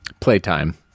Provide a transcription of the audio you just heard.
Playtime